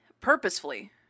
purposefully